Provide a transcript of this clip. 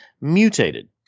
mutated